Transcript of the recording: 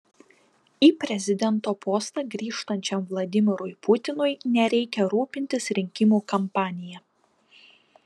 į prezidento postą grįžtančiam vladimirui putinui nereikia rūpintis rinkimų kampanija